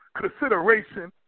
consideration